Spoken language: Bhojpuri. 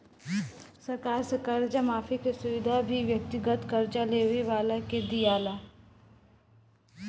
सरकार से कर्जा माफी के सुविधा भी व्यक्तिगत कर्जा लेवे वाला के दीआला